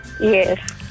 Yes